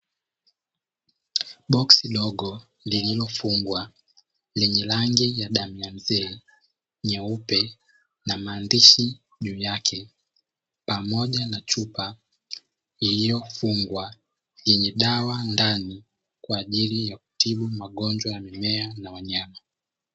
Boksi dogo lililofungwa lenye rangi ya damu ya amzee, nyeupe na maandishi juu yake pamoja na chupa iliyofungwa, yenye dawa ndani kwa ajili ya kutibu magonjwa ya mimea na wanyama.